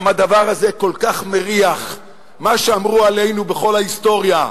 הדבר הזה גם כל כך מריח מה שאמרו עלינו בכל ההיסטוריה,